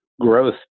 growth